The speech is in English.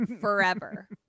forever